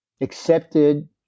accepted